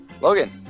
Logan